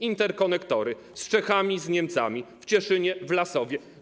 Interkonektory z Czechami, z Niemcami, w Cieszynie, w Lasowie.